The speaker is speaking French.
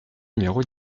numéro